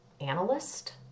analyst